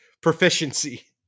Proficiency